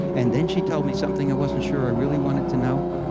and then she told me something i wasn't sure i really wanted to know,